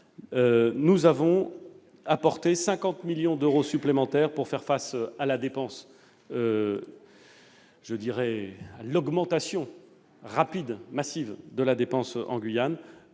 nous avons apporté 50 millions d'euros supplémentaires pour faire face à l'augmentation rapide, massive, de la dépense en Guyane.